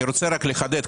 אני רוצה רק לחדד.